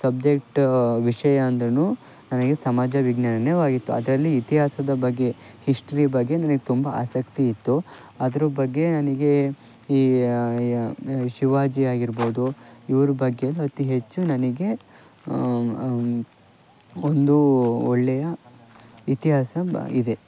subject ವಿಷಯ ಅಂದ್ರೂ ನನಗೆ ಸಮಾಜ ವಿಜ್ಞಾನವೇ ಆಗಿತ್ತು ಅದರಲ್ಲಿ ಇತಿಹಾಸದ ಬಗ್ಗೆ ಹಿಸ್ಟ್ರಿ ಬಗ್ಗೆ ನನಗೆ ತುಂಬ ಆಸಕ್ತಿ ಇತ್ತು ಅದ್ರ ಬಗ್ಗೆ ನನಗೆ ಈ ಶಿವಾಜಿ ಆಗಿರ್ಬೋದು ಇವ್ರ ಬಗ್ಗೆ ಎಲ್ಲ ಅತಿ ಹೆಚ್ಚು ನನಗೆ ಒಂದು ಒಳ್ಳೆಯ ಇತಿಹಾಸ ಬ್ ಇದೆ